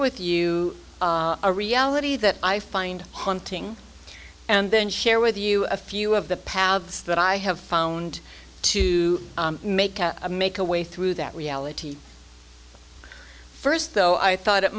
with you a reality that i find haunting and then share with you a few of the paths that i have found to make a make a way through that reality first though i thought it